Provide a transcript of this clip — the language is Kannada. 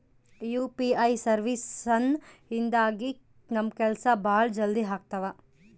ಯು.ಪಿ.ಐ ಸರ್ವೀಸಸ್ ಇಂದಾಗಿ ನಮ್ ಕೆಲ್ಸ ಭಾಳ ಜಲ್ದಿ ಅಗ್ತವ